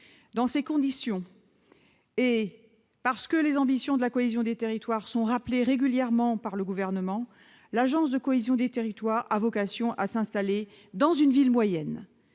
Dans ces conditions, et parce que les ambitions de la cohésion des territoires sont rappelées régulièrement par le Gouvernement, l'agence nationale de la cohésion des territoires a vocation à s'installer dans une ville moyenne.